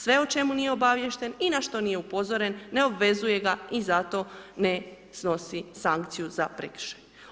Sve o čemu nije obaviješten i na što nije upozoren ne obvezuje ga i zato ne snosi sankciju za prekršaj.